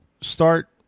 start